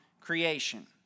creation